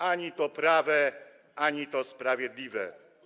Ani to prawe, ani to sprawiedliwe.